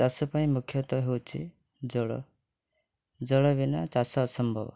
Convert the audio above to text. ଚାଷ ପାଇଁ ମୁଖ୍ୟତଃ ହେଉଛି ଜଳ ଜଳ ବିନା ଚାଷ ଅସମ୍ଭବ